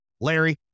Larry